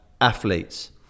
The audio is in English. athletes